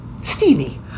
steamy